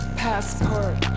passport